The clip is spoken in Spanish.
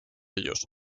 ellos